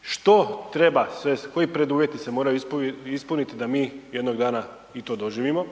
Što treba sve, koji preduvjeti se moraju ispuniti da mi jednog dana i to doživimo